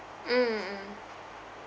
mm mm mm so